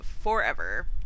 forever